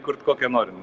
kurt kokią nori